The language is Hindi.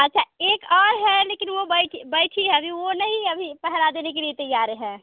अच्छा एक और है लेकिन वह बैठी है अभी वह नहीं है अभी पहरा देने के लिए तैयार है